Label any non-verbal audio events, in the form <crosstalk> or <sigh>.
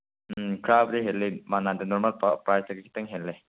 ꯎꯝ <unintelligible> ꯈꯤꯇꯪ ꯍꯦꯜꯂꯦ